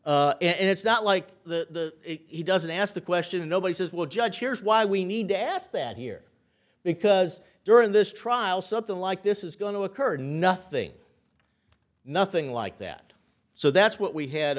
later and it's not like the he doesn't ask the question nobody says will judge here's why we need to ask that here because during this trial something like this is going to occur or nothing nothing like that so that's what we had